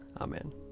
Amen